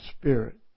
spirit